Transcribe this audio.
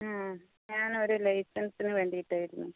ആ ഞാനൊരു ലൈസൻസിന് വേണ്ടിയിട്ടായിരുന്നു